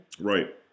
Right